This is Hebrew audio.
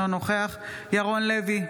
אינו נוכח ירון לוי,